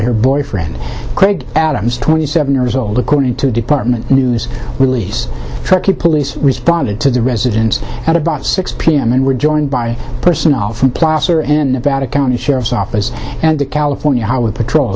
her boyfriend craig adams twenty seven years old according to department news release police responded to the residence at about six pm and were joined by personnel from placer in nevada county sheriff's office and the california highway patrol